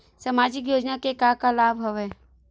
सामाजिक योजना के का का लाभ हवय?